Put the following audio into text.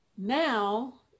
Now